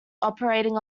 operating